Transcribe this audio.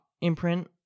imprint